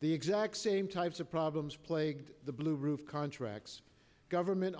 the exact same types of problems plagued the blue roof contracts government